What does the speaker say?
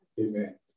Amen